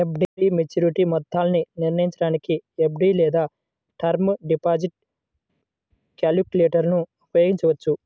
FD maturity మొత్తాన్ని నిర్ణయించడానికి FD లేదా టర్మ్ డిపాజిట్ క్యాలిక్యులేటర్ను ఉపయోగించవచ్చు